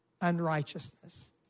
unrighteousness